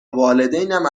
والدینم